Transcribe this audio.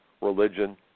religion